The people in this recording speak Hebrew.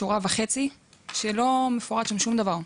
שורה וחצי שלא מפורט שם שום דבר.